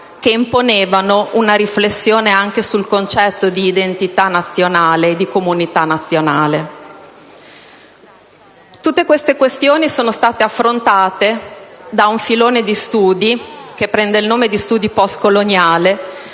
che imponevano una riflessione anche sul concetto di identità e di comunità nazionale. Tutte queste tematiche sono state affrontate da un filone di studio, quello degli studi postcoloniali,